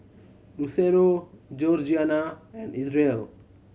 Lucero Georgiana and Isreal